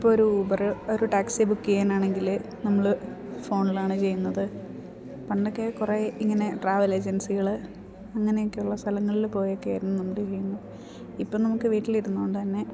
ഇപ്പോൾ ഒരു ഊബറ് ഒരു ടാക്സി ബുക്ക് ചെയ്യാനാണെങ്കിൽ നമ്മൾ ഫോൺലാണ് ചെയ്യുന്നത് പണ്ടൊക്കെ കുറെ ഇങ്ങനെ ട്രാവൽ ഏജൻസികൾ അങ്ങനെയൊക്കെയുള്ള സ്ഥലങ്ങളിൽ പോയൊക്കൊയിരുന്നു നമ്മൾ ചെയ്യുന്നു ഇപ്പം നമുക്ക് വീട്ടിലിരുന്നോണ്ട് തന്നെ